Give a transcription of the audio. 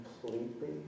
completely